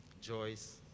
Joyce